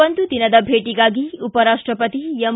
ಒಂದು ದಿನದ ಭೇಟಗಾಗಿ ಉಪರಾಷ್ಷಪತಿ ಎಂ